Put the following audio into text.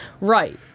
Right